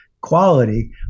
quality